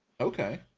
Okay